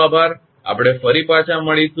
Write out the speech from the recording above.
આભાર આપણે ફરી પાછા મળીશું